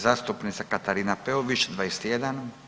Zastupnica Katarina Peović, 21.